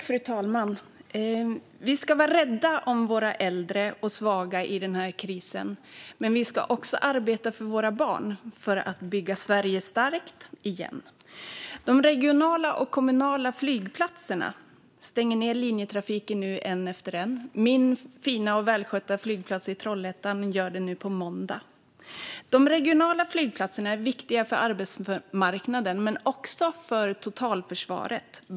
Fru talman! Vi ska vara rädda om våra äldre och svaga i denna kris, men vi ska också arbeta för våra barn för att bygga Sverige starkt igen. De regionala och kommunala flygplatserna stänger nu ned linjetrafiken en efter en. Min fina och välskötta flygplats i Trollhättan gör det nu på måndag. De regionala flygplatserna är viktiga för arbetsmarknaden men också för totalförsvaret.